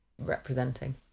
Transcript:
representing